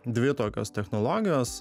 dvi tokios technologijos